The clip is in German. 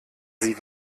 sie